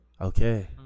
Okay